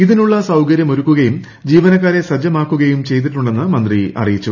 ഇതിനുള്ള സൌകര്യമൊരുക്കുകുയും ജീവനക്കാരെ സജ്ജമാക്കുകയും ചെയ്തിട്ടുണ്ടെന്ന് മന്ത്രി അറിയിച്ചു